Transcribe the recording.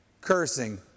cursing